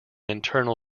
internal